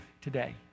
today